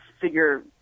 figure